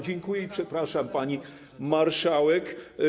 Dziękuję i przepraszam, pani marszałek.